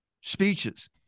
speeches